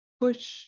push